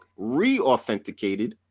Reauthenticated